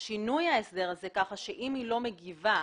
שינוי ההסדר הזה כך שאם היא לא מגיבה,